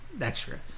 extra